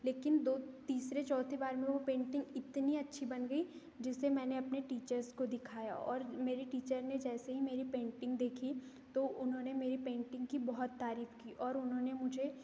लेकिन दो तीसरे चौथी बार में वो पेंटिंग इतनी अच्छी बन गई जिसे मैंने अपने टीचर्स को दिखाया और मेरी टीचर ने जैसे ही मेरी पेंटिंग देखी तो उन्होंने मेरी पेंटिंग की बहुत तारीफ की और उन्होंने मुझे